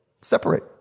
Separate